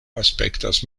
aspektas